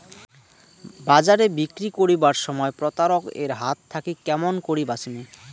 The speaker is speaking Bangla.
বাজারে বিক্রি করিবার সময় প্রতারক এর হাত থাকি কেমন করি বাঁচিমু?